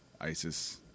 Isis